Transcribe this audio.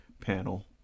panel